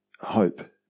hope